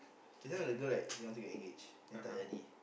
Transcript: k just now that girl like didn't want to get engaged then tak jadi